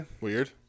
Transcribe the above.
Weird